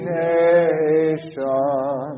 nation